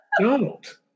Donald